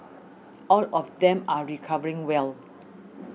all of them are recovering well